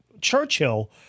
Churchill